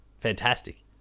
fantastic